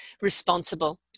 responsible